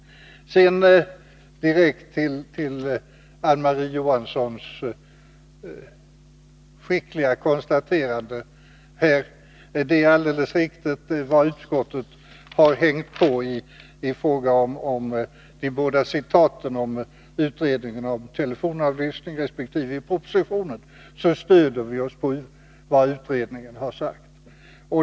Sedan direkt till Marie-Ann Johanssons skickliga konstaterande. Det är alldeles riktigt att i fråga om de båda citaten om utredningen av telefonavlyssning resp. propositionen stöder vi oss på vad utredningen har sagt.